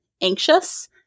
anxious